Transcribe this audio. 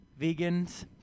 vegans